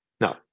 No